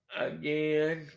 again